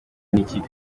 n’ikipe